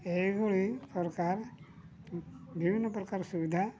ଏହିଭଳି ସରକାର ବିଭିନ୍ନ ପ୍ରକାର ସୁବିଧା